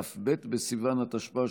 כ"ב בסיוון התשפ"א,